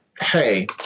Hey